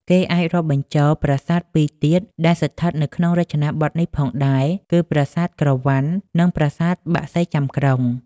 គេអាចរាប់បញ្ចូលប្រាសាទពីរទៀត ដែលស្ថិតនៅក្នុងរចនាបថនេះផងដែរ គឺ ប្រាសាទក្រវាន់ និង ប្រាសាទបក្សីចាំក្រុង ។